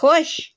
خۄش